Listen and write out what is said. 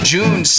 June